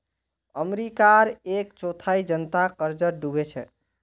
अमेरिकार एक चौथाई जनता कर्जत डूबे छेक